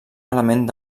element